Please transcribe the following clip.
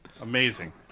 amazing